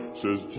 says